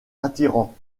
attirant